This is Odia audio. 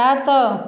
ସାତ